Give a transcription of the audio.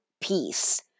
peace